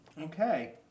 okay